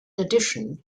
addition